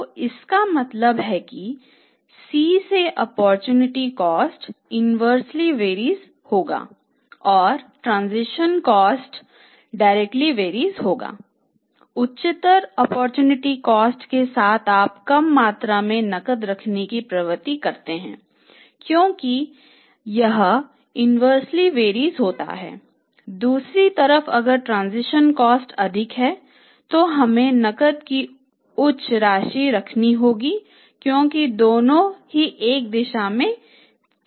तो इसका मतलब है कि C से ओप्पोरचुनिटी कॉस्ट अधिक है तो हमें नकद की उच्च राशि रखनी होगी क्योंकि दोनों एक ही दिशा में चलते हैं